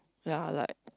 ya like